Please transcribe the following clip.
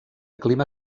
clima